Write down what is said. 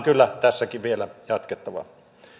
kyllä tässäkin vielä jatkettava